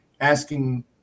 asking